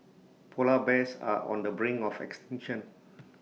Polar Bears are on the brink of extinction